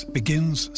begins